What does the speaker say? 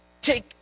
Take